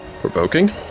Provoking